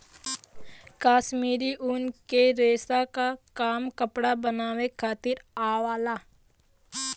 कश्मीरी ऊन के रेसा क काम कपड़ा बनावे खातिर आवला